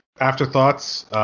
afterthoughts –